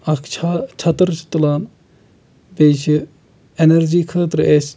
اَکھ چھا چھٔتٕر تُلان بیٚیہِ چھِ اینَرجی خٲطرٕ أسۍ